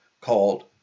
called